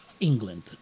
England